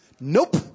Nope